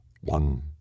one